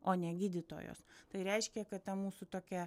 o ne gydytojos tai reiškia kad ta mūsų tokia